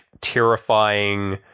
terrifying